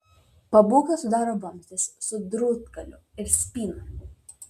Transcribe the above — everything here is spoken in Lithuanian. pabūklą sudaro vamzdis su drūtgaliu ir spyna